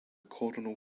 coronal